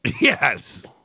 Yes